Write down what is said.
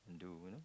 do you know